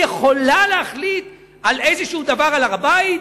היא יכולה להחליט על איזשהו דבר על הר-הבית?